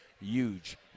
Huge